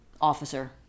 officer